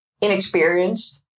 inexperienced